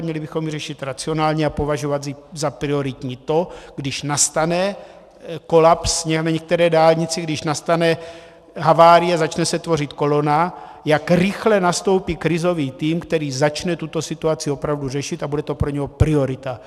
Měli bychom ji řešit racionálně a považovat za prioritní to, když nastane kolaps na některé dálnici, když nastane havárie a začne se tvořit kolona, jak rychle nastoupí krizový tým, který začne tuto situaci opravdu řešit, a bude to pro něj priorita.